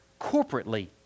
corporately